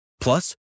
Plus